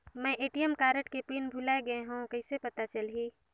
मैं ATM card के PIN भुलाए गे हववं कइसे पता चलही?